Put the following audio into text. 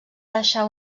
deixar